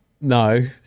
No